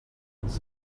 its